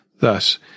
Thus